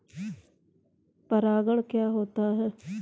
परागण क्या होता है?